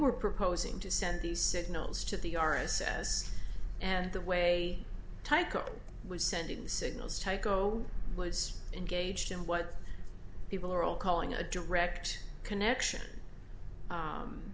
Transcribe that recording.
were proposing to send these signals to the r s s and the way tyco was sending signals tyco was engaged in what people are all calling a direct connection